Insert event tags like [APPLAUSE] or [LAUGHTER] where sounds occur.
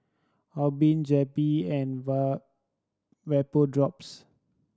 Obimin Zappy and [UNINTELLIGIBLE] Vapodrops